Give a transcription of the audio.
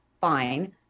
fine